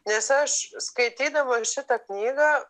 nes aš skaitydama šitą knygą